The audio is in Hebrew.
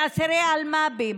באסירי אלמ"בים,